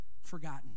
forgotten